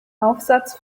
aufsatz